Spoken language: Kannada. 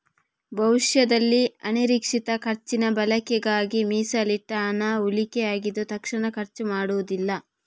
ಭವಿಷ್ಯದಲ್ಲಿ ಅನಿರೀಕ್ಷಿತ ಖರ್ಚಿನ ಬಳಕೆಗಾಗಿ ಮೀಸಲಿಟ್ಟ ಹಣ ಉಳಿಕೆ ಆಗಿದ್ದು ತಕ್ಷಣ ಖರ್ಚು ಮಾಡುದಿಲ್ಲ